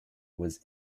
was